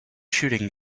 shooting